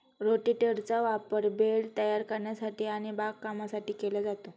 रोटेटरचा वापर बेड तयार करण्यासाठी आणि बागकामासाठी केला जातो